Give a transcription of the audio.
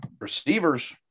Receivers